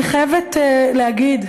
אני חייבת להגיד,